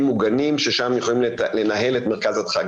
מוגנים ששם יכולים לנהל את מרכז הדחק.